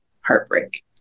heartbreak